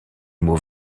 mots